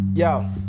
Yo